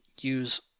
Use